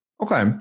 okay